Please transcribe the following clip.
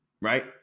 right